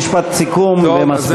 משפט סיכום ומספיק.